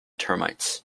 termites